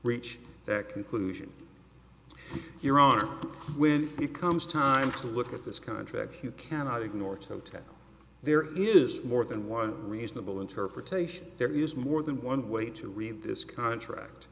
reach that conclusion here are when it comes time to look at this contract who cannot ignore totec there is more than one reasonable interpretation there is more than one way to read this contract